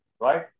right